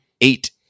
eight